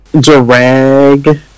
Drag